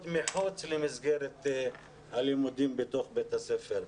מחוץ למסגרת הלימודים בתוך בית הספר.